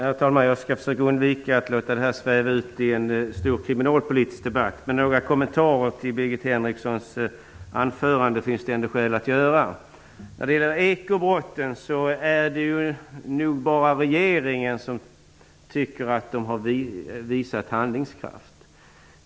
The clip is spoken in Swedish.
Herr talman! Jag skall försöka undvika att låta debatten sväva ut i en stor kriminalpolitisk debatt, men några kommentarer till Birgit Henrikssons anförande finns det ändå skäl att göra. När det gäller ekobrotten är det nu bara regeringen som tycker att man har visat handlingskraft.